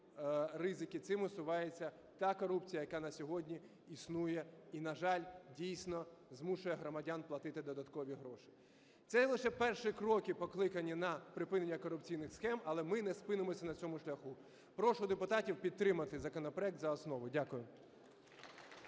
ризики, цим усувається та корупція, яка на сьогодні існує і, на жаль, дійсно, змушує громадян платити додаткові гроші. Це лише перші кроки, покликані на припинення корупційних схем, але ми не спинимося на цьому шляху. Прошу депутатів підтримати законопроект за основу. Дякую.